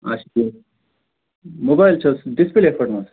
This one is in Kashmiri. اَچھا ٹھیٖک موبایلَس چھا حظ ڈِسپیلے فُٹمُت